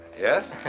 Yes